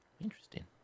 Interesting